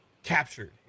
captured